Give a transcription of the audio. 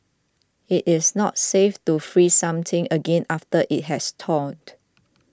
it is not safe to freeze something again after it has thawed